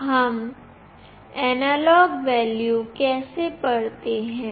हम analog value कैसे पढ़ते हैं